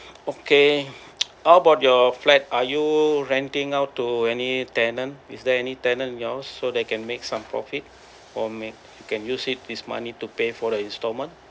okay how about your flat are you renting out to any tenant is there any tenant yours so that can make some profit or make you can use it this money to pay for the instalment